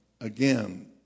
Again